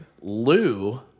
Lou